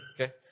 Okay